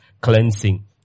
cleansing